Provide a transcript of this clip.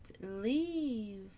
leave